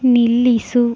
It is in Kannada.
ನಿಲ್ಲಿಸು